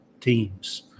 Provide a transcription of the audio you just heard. teams